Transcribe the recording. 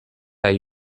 hay